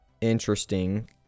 Interesting